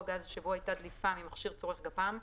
גז שבו הייתה דליפה ממכשיר צורך גפ"מ,